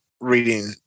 reading